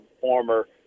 former